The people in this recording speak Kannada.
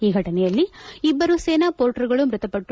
ಈ ಘಟನೆಯಲ್ಲಿ ಇಬ್ಬರು ಸೇನಾ ಪೊರ್ಟರ್ಗಳು ಮೃತಪಟ್ಟು